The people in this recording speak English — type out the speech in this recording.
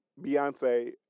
Beyonce